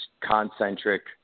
concentric